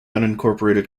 unincorporated